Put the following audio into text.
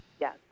yes